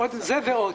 זה ועוד.